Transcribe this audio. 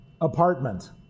apartment